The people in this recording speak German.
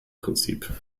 prinzip